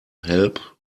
help